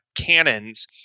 cannons